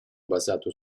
basato